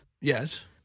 Yes